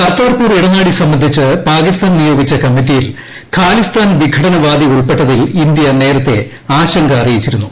കർത്താപ്പൂർ ഇടനാഴി സംബന്ധിച്ച് പാകിസ്ഥാൻ ട്രിക്കിട്ടോഗിച്ച കമ്മിറ്റിയിൽ ഖാലിസ്ഥാൻ വിഘടനവാദി ഉൾപ്പെട്ടതിൽ ഇന്ത്യ നേരത്തെ ആശങ്ക അറിയിച്ചിരുന്നു